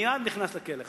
מייד נכנס לכלא בחזרה.